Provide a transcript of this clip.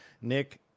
Nick